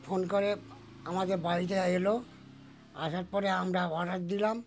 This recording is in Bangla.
ফোন করে আমাদের বাড়িতে এলো আসার পরে আমরা অর্ডার দিলাম